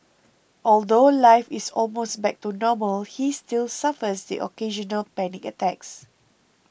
although life is almost back to normal he still suffers the occasional panic attacks